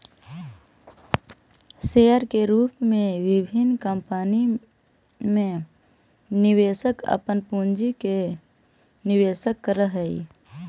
share के रूप में विभिन्न कंपनी में निवेशक अपन पूंजी के निवेश करऽ हइ